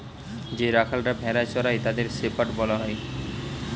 যে রাখালরা ভেড়া চড়ায় তাদের শেপার্ড বলা হয়